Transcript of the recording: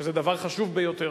שזה דבר חשוב ביותר.